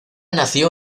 nació